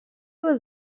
was